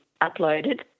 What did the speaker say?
uploaded